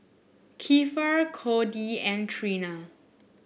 Kiefer Codie and Trina